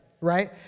right